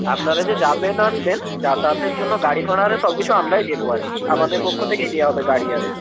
আপনারা যে যাবেন আসবেন যাতায়াতের জন্য গাড়িঘোড়া আরে সব কিছু আমরাই দেবো আর কি আমাদের পক্ষ থেকেই দেওয়া হবে গাড়ি আরে